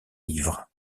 livres